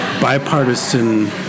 bipartisan